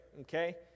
Okay